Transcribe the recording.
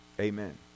Amen